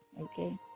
okay